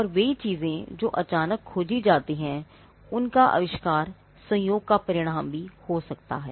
और वे चीजें जो अचानक खोजी जाती हैंउनका आविष्कार संयोग का परिणाम भी हो सकता है